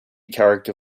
character